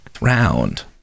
round